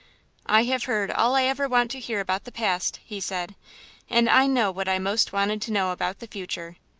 i have heard all i ever want to hear about the past, he said and i know what i most wanted to know about the future.